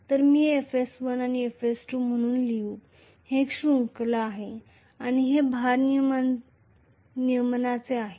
तर मी हे FS1 आणि FS2 म्हणून लिहू हे एक श्रृंखला आहे आणि हे भारनियमनाचे आहे